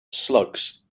slugs